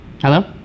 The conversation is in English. Hello